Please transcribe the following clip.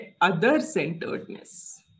other-centeredness